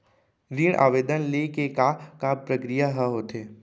ऋण आवेदन ले के का का प्रक्रिया ह होथे?